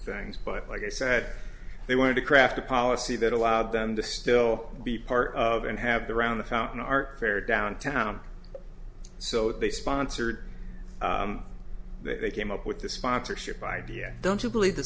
things but like i said they wanted to craft a policy that allowed them to still be part of and have the around the fountain art fair downtown so they sponsored that they came up with the sponsorship idea don't you believe th